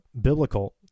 biblical